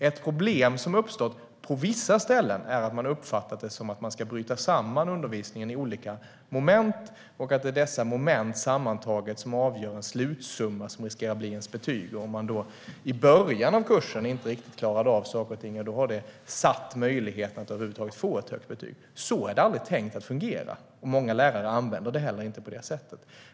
Ett problem som har uppstått på vissa ställen är att man har uppfattat det som att man ska bryta samman undervisningen i olika moment och att det är dessa moment sammantagna som avgör en slutsumma som ska bli ens betyg. Om man då i början av kursen inte riktigt klarade av saker och ting har det satt möjligheten att över huvud taget få ett högt betyg. Men så är det aldrig tänkt att fungera, och många lärare använder det inte heller på det sättet.